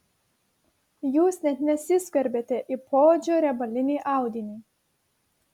jūs net nesiskverbėte į poodžio riebalinį audinį